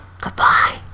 Goodbye